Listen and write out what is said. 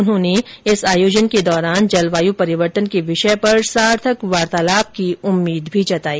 उन्होंने इस आयोजन के दौरान जलवायु परिवर्तन के विषय पर सार्थक वार्तालाप की उम्मीद भी जताई